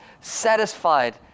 satisfied